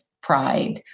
pride